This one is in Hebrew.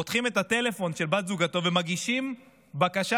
פותחים את הטלפון של בת זוגו ומגישים בקשה,